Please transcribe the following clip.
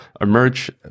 emerge